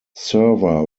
server